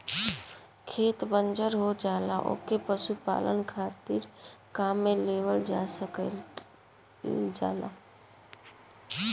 खेत बंजर हो जाला ओके पशुपालन खातिर काम में लेवल जा सकल जाला